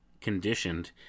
conditioned